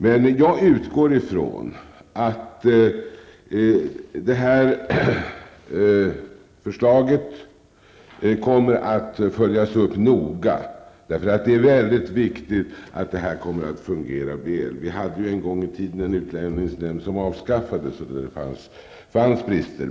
Men jag utgår ifrån att det här förslaget kommer att följas upp noga. Det är mycket viktigt att detta kommer att fungera väl. Vi hade en gång i tiden en utlänningsnämnd som avskaffades, där det fanns brister.